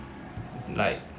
like